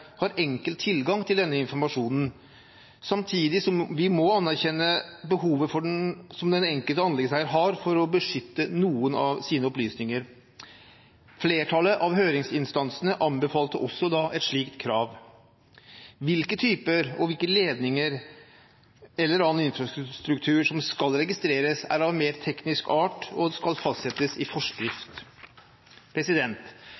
har enkel tilgang til denne informasjonen, samtidig som vi må anerkjenne behovet som den enkelte anleggseier har for å beskytte noen av sine opplysninger. Flertallet av høringsinstansene anbefalte også et slikt krav. Hvilken type ledninger og annen infrastruktur som skal registreres, er av mer teknisk art og skal fastsettes i